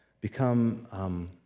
become